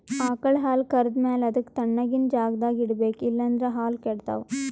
ಆಕಳ್ ಹಾಲ್ ಕರ್ದ್ ಮ್ಯಾಲ ಅದಕ್ಕ್ ತಣ್ಣಗಿನ್ ಜಾಗ್ದಾಗ್ ಇಡ್ಬೇಕ್ ಇಲ್ಲಂದ್ರ ಹಾಲ್ ಕೆಡ್ತಾವ್